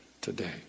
today